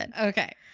Okay